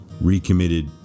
recommitted